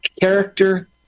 character